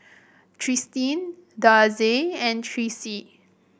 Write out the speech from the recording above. Tristen Darcie and Tyreese